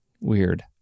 weird